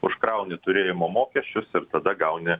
užkrauni turėjimo mokesčius ir tada gauni